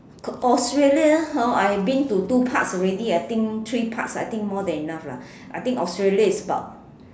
Australia know I been to two parts already I think three parts I think more than enough lah I think Australia is about